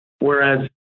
Whereas